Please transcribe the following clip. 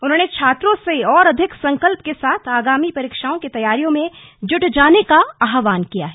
उन्होंने छात्रों से और अधिक संकल्प के साथ आगामी परीक्षाओं की तैयारी में जूट जाने का आहवान किया है